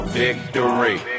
victory